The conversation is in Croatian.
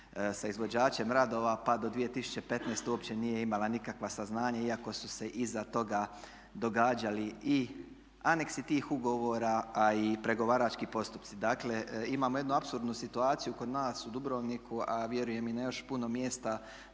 sa izvođačem radova pa do 2015. uopće nije imala nikakva saznanja iako su se iza toga događali i aneksi tih ugovora a i pregovarački postupci. Dakle imamo jednu apsurdnu situaciju kod nas u Dubrovniku a vjerujem i na još puno mjesta